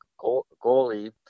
goalie